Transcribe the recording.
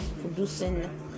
producing